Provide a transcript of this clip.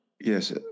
Yes